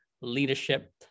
leadership